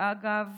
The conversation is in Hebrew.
אגב,